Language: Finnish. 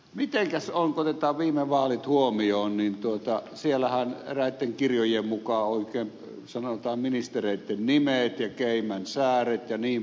mitenkäs on kun otetaan viime vaalit huomioon siellähän eräitten kirjojen mukaan oikein sanotaan ministereitten nimet ja caymansaaret jnp